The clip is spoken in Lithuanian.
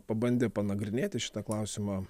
pabandė panagrinėti šitą klausimą